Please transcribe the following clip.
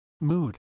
mood